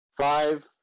five